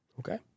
Okay